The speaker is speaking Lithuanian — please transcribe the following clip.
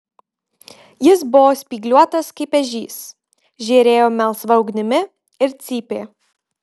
jis buvo spygliuotas kaip ežys žėrėjo melsva ugnimi ir cypė